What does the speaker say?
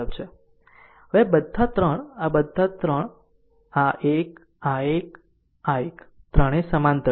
આમ હવે બધા 3 આ બધા 3 આ એક આ એક આ એક ત્રણેય સમાંતર છે